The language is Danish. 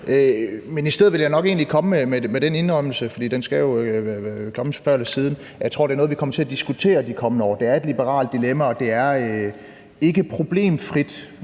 Men i stedet vil jeg nok egentlig komme med den indrømmelse – for den skal jo komme før eller siden – at jeg tror, det er noget, vi kommer til at diskutere i de kommende år. Det er et liberalt dilemma, og det er ikke problemfrit,